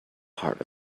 part